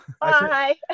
Bye